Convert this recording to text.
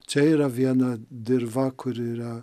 čia yra viena dirva kuri yra